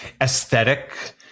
aesthetic